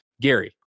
Gary